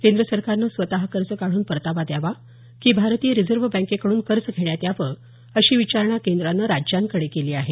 केंद्र सरकारनं स्वतः कर्ज काढून परतावा द्यावा की भारतीय रिझर्व्ह बॅकेकडून कर्ज घेण्यात यावं अशी विचारणा केंद्रानं राज्यांकडे केली आहे